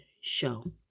show